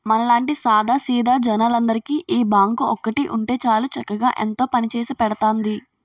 మనలాంటి సాదా సీదా జనాలందరికీ ఈ బాంకు ఒక్కటి ఉంటే చాలు చక్కగా ఎంతో పనిచేసి పెడతాంది